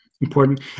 important